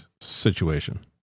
situation